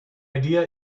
idea